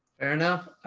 fair enough.